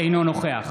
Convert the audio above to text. אינו נוכח